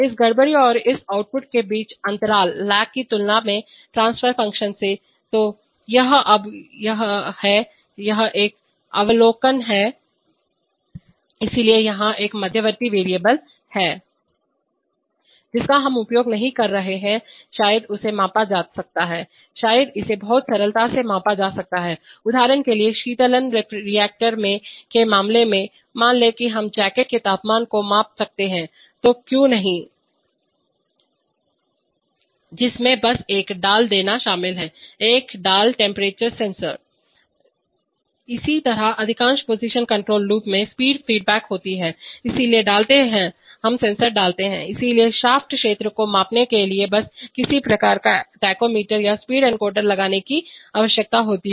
इस गड़बड़ी और इस आउटपुट के बीच अंतराल की तुलना में ट्रांफर फ़ंक्शन से तो अब यह है यह एक अवलोकन है इसलिए यहां एक मध्यवर्ती वेरिएबल है जिसका हम उपयोग नहीं कर रहे हैं शायद इसे मापा जा सकता है शायद इसे बहुत सरलता से मापा जा सकता है उदाहरण के लिए शीतलन रिएक्टर के मामले में मान लें कि हम जैकेट के तापमान को माप सकते हैं तो क्यों नहीं जिसमें बस एक डाल देना शामिल है एक डाल टेम्परेचर सेंसर इसी तरह अधिकांश पोजीशन कंटोल लूप में स्पीड फीडबैक होती है इसलिए डालते हैं इसलिए शाफ्ट क्षेत्र को मापने के लिए बस किसी प्रकार का टैकोमीटर या स्पीड एनकोडर लगाने की आवश्यकता होती है